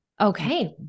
Okay